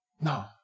No